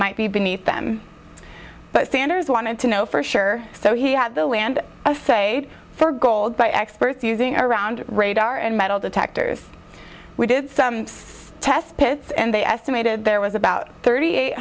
might be beneath them but sanders wanted to know for sure so he have the land a say for gold by experts using around radar and metal detectors we did some test pits and they estimated there was about thirty eight